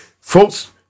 Folks